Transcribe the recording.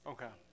Okay